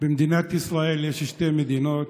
במדינת ישראל יש שתי מדינות,